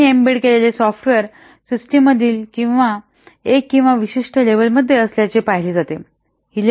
आणि एम्बेड केलेले सॉफ्टवेअर सिस्टममधील एक किंवा विशिष्ट लेव्हलमध्ये असल्याचे पाहिले जाते